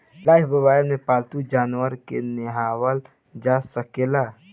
Lifebuoy से पाल्तू जानवर के नेहावल जा सकेला